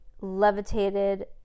levitated